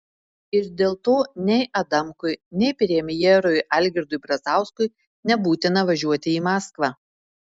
ir dėl to nei adamkui nei premjerui algirdui brazauskui nebūtina važiuoti į maskvą